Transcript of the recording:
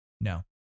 No